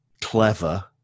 clever